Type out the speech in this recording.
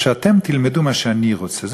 שאתם תלמדו מה שאני רוצה,